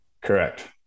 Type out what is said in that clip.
correct